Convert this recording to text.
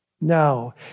No